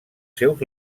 seus